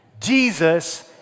Jesus